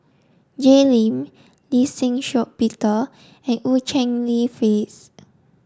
Jay Lim Lee Shih Shiong Peter and Eu Cheng Li Phyllis